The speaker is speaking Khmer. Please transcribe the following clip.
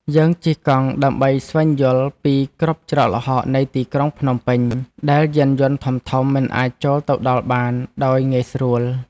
យើងជិះកង់ដើម្បីស្វែងយល់ពីគ្រប់ច្រកល្ហកនៃទីក្រុងភ្នំពេញ ដែលយានយន្តធំៗមិនអាចចូលទៅដល់បានដោយងាយស្រួល។